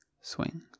Swing